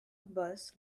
bus